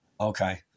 Okay